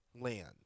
Land